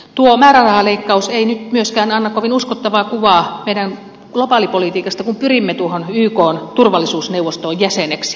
tuo määrärahaleikkaus ei nyt myöskään anna kovin uskottavaa kuvaa meidän globaalipolitiikastamme kun pyrimme ykn turvallisuusneuvostoon jäseneksi